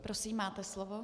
Prosím, máte slovo.